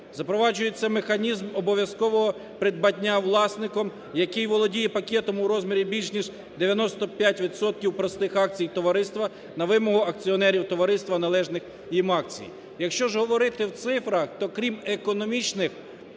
Запроваджується механізм обов'язкового придбання власником, який володіє пакетом у розмірі більш ніж 95 відсотків простих акцій товариства на вимогу акціонерів товариства належних їм акцій. Якщо ж говорити в цифрах, то крім економічних